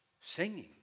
singing